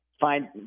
find